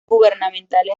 gubernamentales